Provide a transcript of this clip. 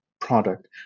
product